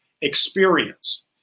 experience